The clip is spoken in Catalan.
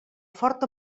fort